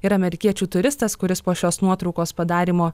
ir amerikiečių turistas kuris po šios nuotraukos padarymo